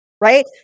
Right